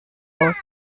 aus